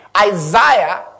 Isaiah